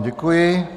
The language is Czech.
Děkuji.